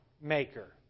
maker